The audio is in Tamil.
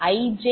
Zjj